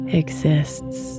exists